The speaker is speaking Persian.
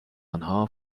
آنها